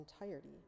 entirety